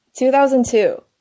2002